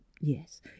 yes